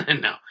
No